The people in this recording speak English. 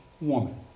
woman